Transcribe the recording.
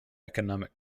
economic